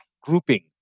grouping